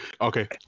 Okay